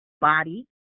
body